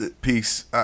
piece